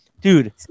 dude